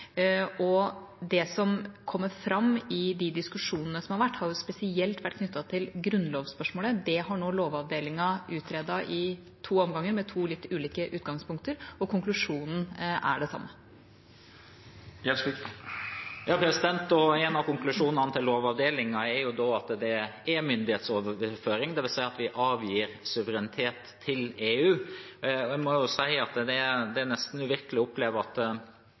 Det som har kommet fram i de diskusjonene som har vært, har spesielt vært knyttet til grunnlovsspørsmålet. Det har Lovavdelingen nå utredet i to omganger, med to ulike utgangspunkter, og konklusjonen er den samme. En av konklusjonene til Lovavdelingen er at det er myndighetsoverføring, dvs. at vi avgir suverenitet til EU. Jeg må si at det nesten er uvirkelig å oppleve at en fra norsk side fortsatt gir inntrykk av at